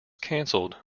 canceled